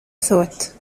thought